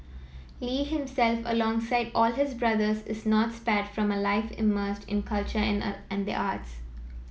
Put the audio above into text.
Lee himself alongside all his brothers is not spared from a life immersed in culture and the arts